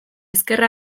ezker